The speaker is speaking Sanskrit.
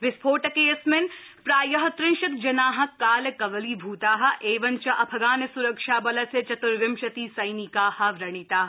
विस्फोटकेऽस्मिन् प्राय त्रिंशत् जना कालकवलीभूता एवञ्च अफगान सुरक्षा बलस्य चत्र्विंशति सैनिका व्रणिता